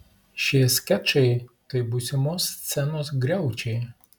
šie skečai tai būsimos scenos griaučiai